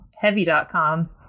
heavy.com